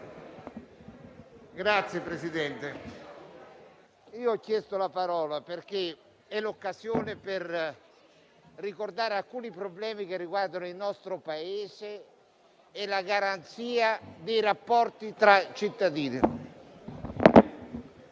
Signor Presidente, ho chiesto di intervenire perché è questa l'occasione per ricordare alcuni problemi che riguardano il nostro Paese, la garanzia dei rapporti tra cittadini